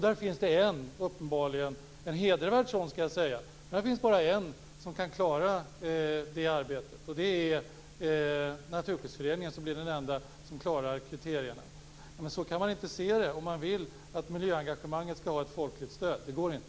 Där finns det uppenbarligen bara en - en hedervärd sådan, skall jag säga - som klarar det arbetet, och det är Naturskyddsföreningen. Det är den enda som klarar kriterierna. Så kan man inte se det, om man vill att miljöengagemanget skall ha ett folkligt stöd. Det går inte.